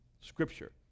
scripture